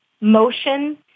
motion